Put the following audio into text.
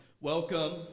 Welcome